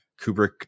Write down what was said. Kubrick